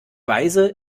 weise